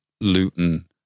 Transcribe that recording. Luton